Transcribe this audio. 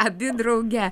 abi drauge